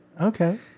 Okay